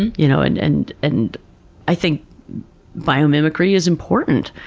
and you know and and and i think biomimicry is important.